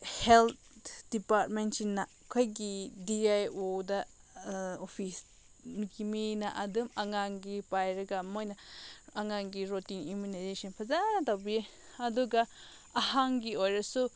health ꯗꯤꯄꯥꯔꯠꯃꯦꯟꯁꯤꯡꯅ ꯑꯩꯈꯣꯏꯒꯤ D I ꯑꯣꯗ ꯑꯣꯐꯤꯁꯀꯤ ꯃꯤꯅ ꯑꯗꯨꯝ ꯑꯉꯥꯡꯒꯤ ꯄꯥꯏꯔꯒ ꯃꯣꯏꯅ ꯑꯉꯥꯡꯒꯤ ꯔꯣꯇꯤꯟ ꯏꯃ꯭ꯌꯨꯟꯅꯥꯏꯖꯦꯁꯟ ꯐꯖꯅ ꯇꯧꯕꯤ ꯑꯗꯨꯒ ꯑꯍꯟꯒꯤ ꯑꯣꯏꯔꯁꯨ